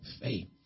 faith